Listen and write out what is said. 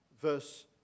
verse